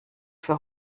für